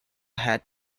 had